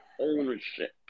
ownership